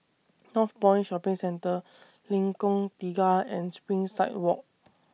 Northpoint Shopping Centre Lengkong Tiga and Springside Walk